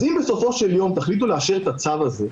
אז אם בסופו של יום תחליטו לאשר את הצו הזה,